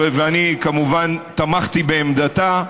ואני כמובן תמכתי בעמדתה,